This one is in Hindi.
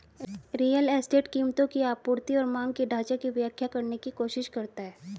रियल एस्टेट कीमतों की आपूर्ति और मांग के ढाँचा की व्याख्या करने की कोशिश करता है